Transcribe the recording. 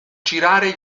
girare